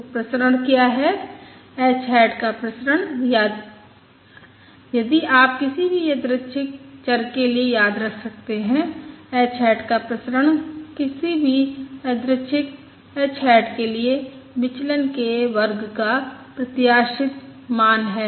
तो प्रसरण क्या है h हैट का प्रसरण यदि आप किसी भी यादृच्छिक चर के लिए याद रख सकते हैं h हैट का प्रसरण किसी भी यादृच्छिक चर h हैट के लिए विचलन के वर्ग का प्रत्याशित मान है